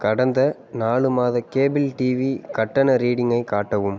கடந்த நாலு மாத கேபிள் டிவி கட்டண ரீடிங்கை காட்டவும்